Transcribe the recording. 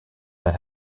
that